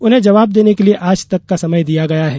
उन्हें जवाब देने के लिए आज तक का समय दिया गया है